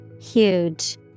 Huge